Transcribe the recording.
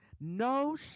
No